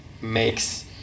makes